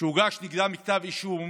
שהוגש נגדם כתב אישום